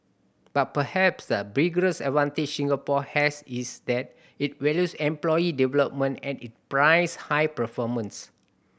but perhaps the biggest advantage Singapore has is that it values employee development and it prizes high performance